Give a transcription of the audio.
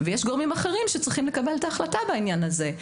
ויש גורמים אחרים שצריכים לקבל את ההחלטה בעניין הזה.